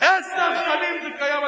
עשר שנים זה קיים,